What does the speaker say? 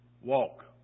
Walk